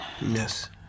Yes